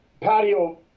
patio